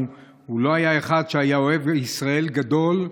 הוא לא היה אחד שהיה אוהב ישראל גדול,